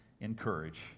encourage